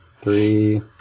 Three